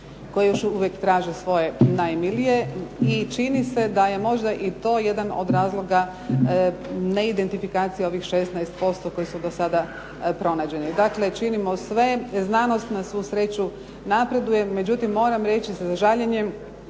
koje još uvijek traže svoje najmilije i čini se da je možda i to jedan od razloga neidentifikacije ovih 16% koji su do sada pronađeni. Dakle, činimo sve. Znanost na svu sreću napreduje, međutim moram reći sa žaljenjem,